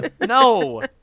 no